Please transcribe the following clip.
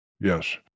Yes